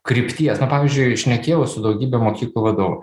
krypties na pavyzdžiui šnekėjau su daugybe mokyklų vadovų